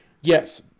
Yes